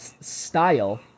style